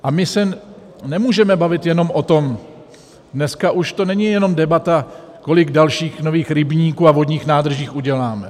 A my se nemůžeme bavit jenom o tom, dneska už to není jenom debata, kolik dalších nových rybníků a vodních nádrží uděláme.